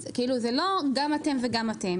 זה לא גם אתם וגם אתם.